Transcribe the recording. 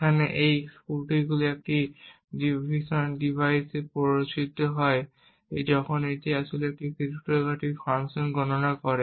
যেখানে ত্রুটিগুলি একটি ডিভাইসে প্ররোচিত হয় যখন এটি আসলে একটি ক্রিপ্টোগ্রাফিক ফাংশন গণনা করে